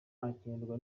hakenerwa